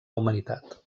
humanitat